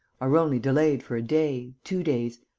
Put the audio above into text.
are only delayed for a day, two days,